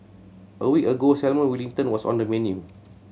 a week ago Salmon Wellington was on the menu